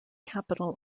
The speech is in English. capital